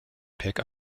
pick